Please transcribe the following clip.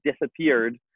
disappeared